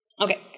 Okay